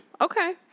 Okay